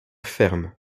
ferme